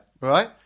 Right